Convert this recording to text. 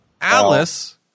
Alice